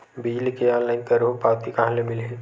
बिजली के ऑनलाइन करहु पावती कहां ले मिलही?